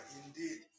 indeed